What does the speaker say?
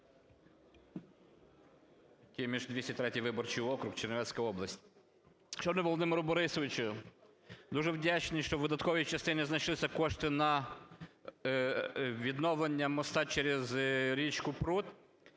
Володимире Борисовичу, дуже вдячні, що у видатковій частині зайшлися кошти на відновлення моста через річку Прут